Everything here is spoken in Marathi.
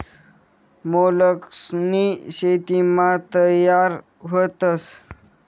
मोलस्कनी शेतीमा तयार व्हतस